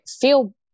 feel